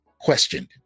questioned